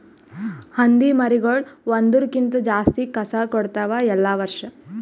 ಹಂದಿ ಮರಿಗೊಳ್ ಒಂದುರ್ ಕ್ಕಿಂತ ಜಾಸ್ತಿ ಕಸ ಕೊಡ್ತಾವ್ ಎಲ್ಲಾ ವರ್ಷ